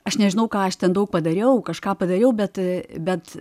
aš nežinau ką aš ten daug padariau kažką padariau bet bet